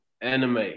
anime